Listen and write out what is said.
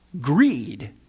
Greed